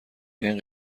این